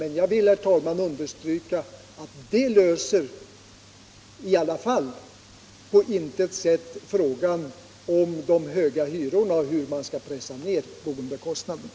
Men jag vill, herr talman, understryka att man därmed i alla fall på intet sätt löser problemet med de höga hyrorna och hur man skall pressa ned boendekostnaderna.